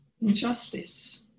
injustice